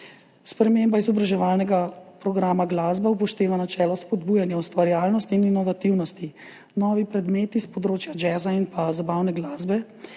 Sprememba izobraževalnega programa glasba upošteva načelo spodbujanja ustvarjalnosti in inovativnosti. Novi predmeti s področja jazza in zabavne glasbe,